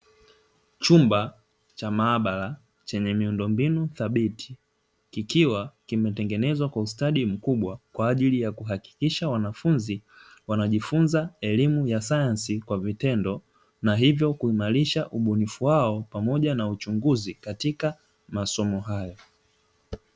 Chumba cha maabara chenye miundombinu thabiti, kikiwa kimetengenezwa kwa ustadi mkubwa, kwa ajili ya kuhakikisha wanafunzi wanajifunza elimu ya sayansi kwa vitendo, na hivyo kuimarisha ubunifu wao pamoja na uchunguzi katika masomo hayo.